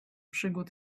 przygód